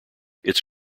its